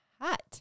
hot